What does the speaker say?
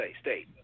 State